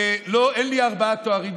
ואין לי ארבעה תארים,